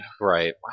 Right